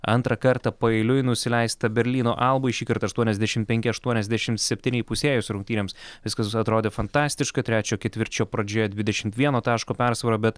antrą kartą paeiliui nusileista berlyno albai šįkart aštuoniasdešimt penki aštuoniasdešimt septyni įpusėjus rungtynėms viskas atrodė fantastiška trečio ketvirčio pradžioje dvidešimt vieno taško persvara bet